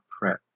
prep